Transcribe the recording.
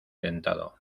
dentado